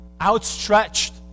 outstretched